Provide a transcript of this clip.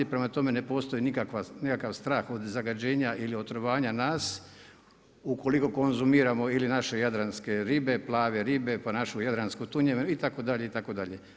Prema tome, ne postoji nikakav strah od zagađenja ili otrovanja nas ukoliko konzumiramo ili naše jadranske ribe, plave ribe, pa našu jadransku tunjevinu itd. itd.